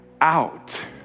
out